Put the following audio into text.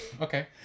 okay